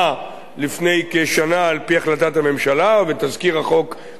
כשנה על-פי החלטת הממשלה ובתזכיר החוק כפי שהוצע.